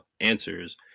answers